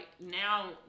now